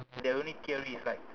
they only theories like